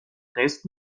قسط